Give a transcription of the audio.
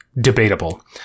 debatable